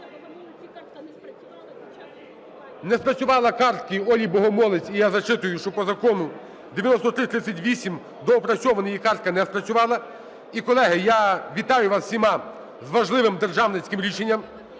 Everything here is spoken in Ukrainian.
Не спрацювала картка Олі Богомолець. І я зачитую, що по Закону 9338 (доопрацьований), її картка не спрацювала. І, колеги, я вітаю вас зі всіма, з важливим державницьким рішенням.